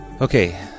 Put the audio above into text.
Okay